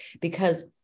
because-